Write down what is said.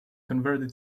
converted